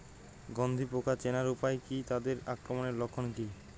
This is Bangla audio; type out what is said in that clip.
গন্ধি পোকা চেনার উপায় কী তাদের আক্রমণের লক্ষণ কী?